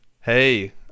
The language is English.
hey